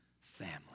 family